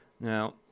Now